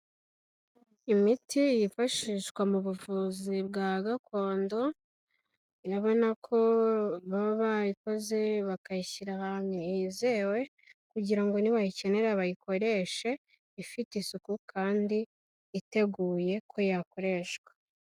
Imiti yifashishwa mu buvuzi bwa gakondo, Urabona ko baba bayikoze bakayishyira ahantu hizewe kugira ngo nibayikenera bayikoreshe ifite isuku kandi iteguye ko yakoreshwa.